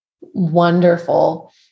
wonderful